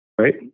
Right